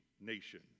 nation